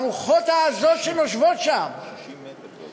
ברוחות העזות שנושבות שם, 60 מטר גובה.